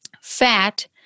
Fat